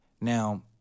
Now